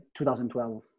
2012